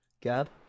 Gab